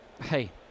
Hey